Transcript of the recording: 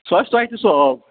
سُہ آسہِ تۄہہِ تہِ سُہ آب